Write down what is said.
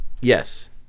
yes